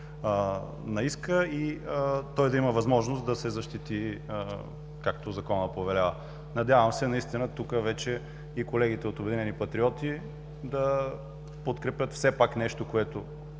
на иска и той да има възможност да се защити, както Законът повелява. Надявам се наистина тук вече и колегите от „Обединени патриоти“ да подкрепят все пак нещо, което